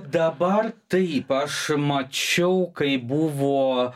dabar taip aš mačiau kai buvo